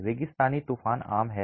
रेगिस्तानी तूफान आम हैं